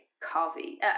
coffee